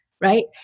right